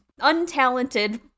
untalented